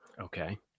Okay